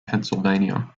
pennsylvania